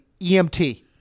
EMT